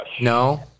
No